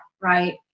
right